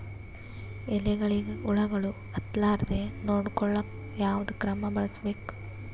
ಎಲೆಗಳಿಗ ಹುಳಾಗಳು ಹತಲಾರದೆ ನೊಡಕೊಳುಕ ಯಾವದ ಕ್ರಮ ಬಳಸಬೇಕು?